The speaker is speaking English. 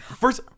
First